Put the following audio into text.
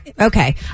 Okay